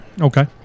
Okay